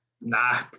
Nah